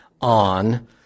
on